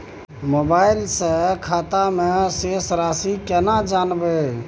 Mobile से खाता में शेस राशि केना जानबे?